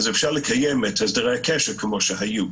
אז אפשר לקיים את הסדרי הקשר כמו שהיו.